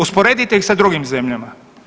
Usporedite ih sa drugim zemljama.